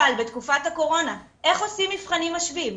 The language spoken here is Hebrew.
אבל בתקופת הקורונה איך עושים מבחנים משווים?